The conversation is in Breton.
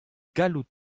gallout